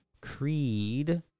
Creed